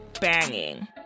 banging